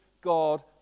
God